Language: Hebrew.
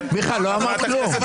מי הדוברים?